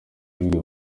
ibigwi